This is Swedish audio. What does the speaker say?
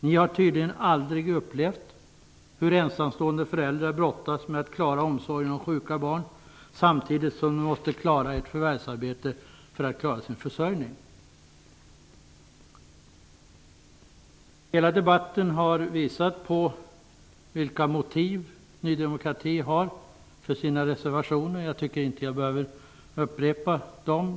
Ni har tydligen aldrig upplevt hur ensamstående föräldrar brottas med att klara omsorgen om sjuka barn, samtidigt som de måste klara ett förvärvsarbete för sin försörjning. Hela debatten har visat vilka motiv Ny demokrati har för sina reservationer, och jag behöver inte upprepa dem.